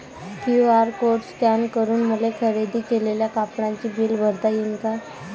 QR code scan करून मले खरेदी केलेल्या कापडाचे बिल भरता यीन का?